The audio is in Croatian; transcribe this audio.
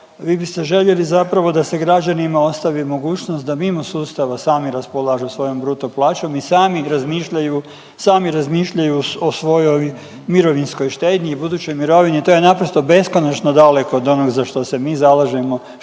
vi biste željeli zapravo da se građanima ostavi mogućnost da mimo sustava sami raspolažu svojom bruto plaćom i sami razmišljaju, sami razmišljaju o svojoj mirovinskoj štednji i budućoj mirovini. To je naprosto beskonačno daleko od onoga za što se mi zalažemo, što ja